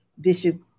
Bishop